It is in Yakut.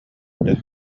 этэ